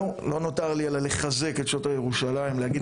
לא נותר לי אלא לחזק את שוטרי ירושלים ולהגיד